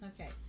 Okay